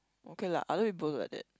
okay lah other people look like that